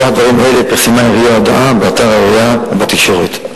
ברוח דברים אלה פרסמה העירייה הודעה באתר העירייה ובתקשורת.